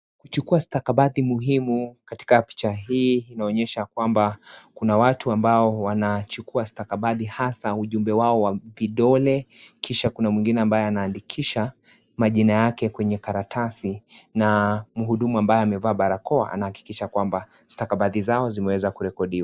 Ukichukua stakabadhi muhimu katika picha hii inaonyesha kwamba kuna watu ambao wanachukua stakabadhi hasa ujumbe wao wa vidole na mwengine ambaye anaandikisha majina yake kwenye karatasi na mhudumu ambaye amevaa barakoa anahakikisha kwamba stakabadhi zao zimeweza kurekodiwa.